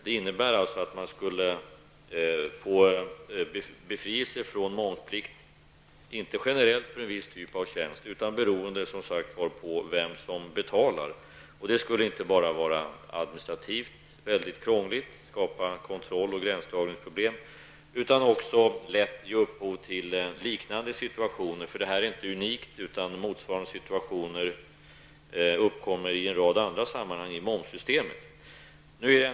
Det innebär alltså att man skulle få befrielse från momsplikten, inte generellt för en viss typ av tjänst, utan beroende på, som sagt, vem som betalar. Det skulle inte bara vara administrativt väldigt krångligt -- det skulle skapa kontroll och gränsdragningsproblem -- utan också lätt ge upphov till liknande svåra situationer. Det här är ju inte unikt, utan motsvarande situationer uppkommer i en rad sammanhang inom momssystemet.